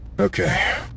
Okay